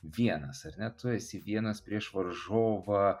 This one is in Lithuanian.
vienas ar ne tu esi vienas prieš varžovą